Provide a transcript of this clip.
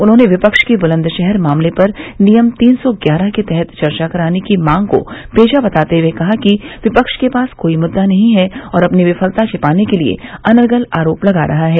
उन्होंने विपक्ष की बुलन्दशहर मामले पर नियम तीन सौ ग्यारह के तहत चर्चा कराने की मांग को बेजा बताते हए कहा कि विपक्ष के पास कोई मुददा नहीं है और अपनी विफलता छिपाने के लिए अनर्गल आरोप लगा रहा है